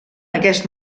aquest